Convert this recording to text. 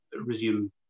resume